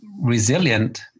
resilient